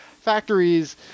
factories